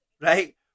Right